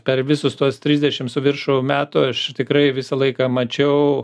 per visus tuos trisdešim su viršum metų aš tikrai visą laiką mačiau